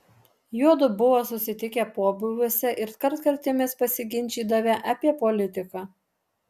juodu buvo susitikę pobūviuose ir kartkartėmis pasiginčydavę apie politiką